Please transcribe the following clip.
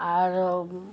आओर